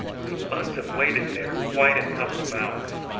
we must have waited there quite a couple of hours,